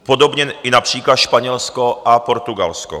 Podobně i například Španělsko a Portugalsko.